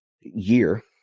year